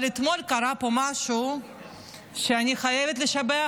אבל אתמול קרה פה משהו שאני חייבת לשבח,